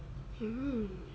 mm